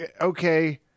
okay